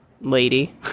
lady